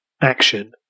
action